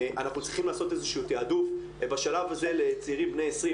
אנחנו צריכים לעשות איזשהו תעדוף בשלב הזה לצעירים בני 21,